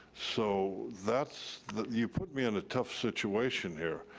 so that's, you put me in a tough situation here.